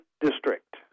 District